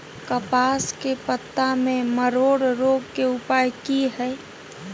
कपास के पत्ता में मरोड़ रोग के उपाय की हय?